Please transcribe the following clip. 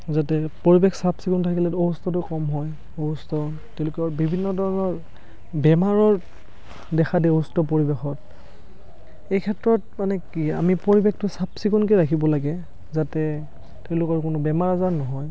যাতে পৰিৱেশ চাফ চিকুণ থাকিলেতো অসুস্থতো কম হয় অসুস্থ তেওঁলোকৰ বিভিন্ন ধৰণৰ বেমাৰৰ দেখা দিয়ে অসুস্থ পৰিৱেশত এই ক্ষেত্ৰত মানে কি আমি পৰিৱেশটো চাফ চিকুণকে ৰাখিব লাগে যাতে তেওঁলোকৰ কোনো বেমাৰ আজাৰ নহয়